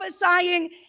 prophesying